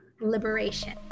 liberation